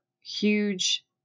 huge